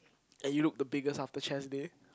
and you look the biggest after chest day